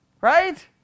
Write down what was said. Right